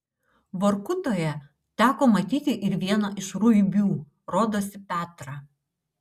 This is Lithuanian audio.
vorkutoje teko matyti ir vieną iš ruibių rodosi petrą